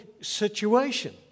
situation